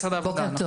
משרד העבודה.